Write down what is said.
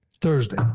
Thursday